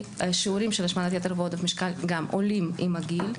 ששיעורים של השמנת יתר ועודף משקל גם עולים עם הגיל.